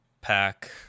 pack